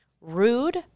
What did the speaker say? rude